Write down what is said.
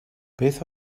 beth